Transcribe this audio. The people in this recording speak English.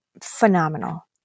phenomenal